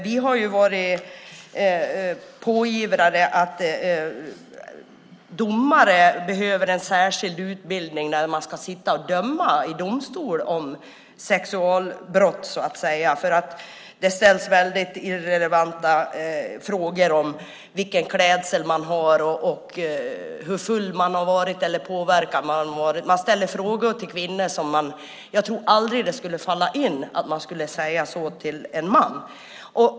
Vi har varit ivrare för att domare behöver en särskild utbildning när de ska döma i domstol i sexualbrott. Det ställs irrelevanta frågor om vilken klädsel kvinnan hade eller hur full eller påverkad hon var. Det ställs frågor till kvinnor som jag tror aldrig skulle falla domstolen in att ställa till en man.